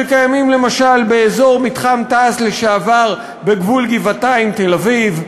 שקיימים למשל באזור מתחם תע"ש לשעבר בגבול גבעתיים תל-אביב,